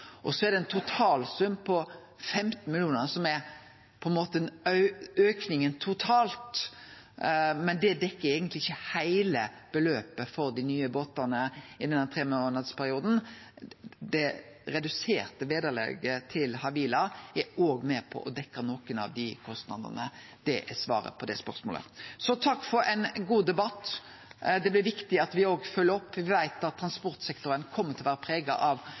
Så er det ein totalsum på 15 mill. kr, som er auken totalt, men det dekkjer eigentleg ikkje heile beløpet for dei nye båtane i denne tremånadersperioden. Det reduserte vederlaget til Havila er òg med på å dekkje nokre av dei kostnadene. Det er svaret på det spørsmålet Så takk for ein god debatt. Det blir viktig at me òg følgjer opp. Me veit at transportsektoren kjem til å vere prega av